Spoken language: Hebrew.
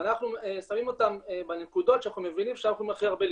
אנחנו שמים אותם בנקודות שאנחנו מבינים שהם יכולים הכי הרבה לתרום,